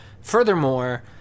furthermore